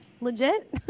legit